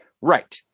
right